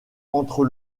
entre